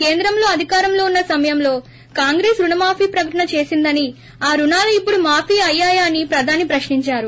కేంద్రంలో అధికారంలో ఉన్న సమయంలో కాంగ్రెస్ రుణమాఫీ ప్రకటన చేసిందని ఆ రుణాలు ఇప్పుడు మాఫీ అయ్యాయా అని ప్రదాని ప్రశ్నించారు